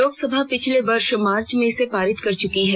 लोकसभा पिछले वर्ष मार्च में इसे पारित कर चुकी है